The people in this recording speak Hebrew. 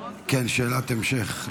כן, שאלת המשך.